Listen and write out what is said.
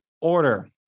order